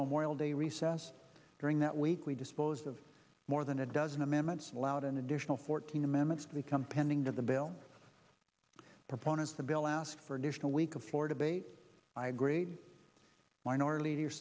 memorial day recess during that week we disposed of more than a dozen amendments allowed an additional fourteen amendments to become pending to the bill proponents the bill asked for additional week of florida bait i agreed mine or leader